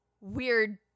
weird